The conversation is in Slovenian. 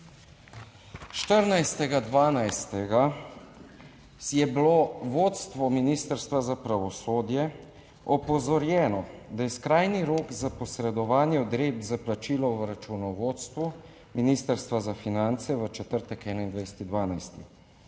14. 12. je bilo vodstvo Ministrstva za pravosodje opozorjeno, da je skrajni rok za posredovanje odredb za plačilo v računovodstvu Ministrstva za finance v četrtek, 21.